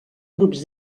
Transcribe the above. grups